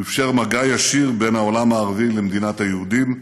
הוא אפשר מגע ישיר בין העולם הערבי למדינת היהודים,